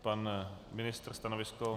Pan ministr stanovisko?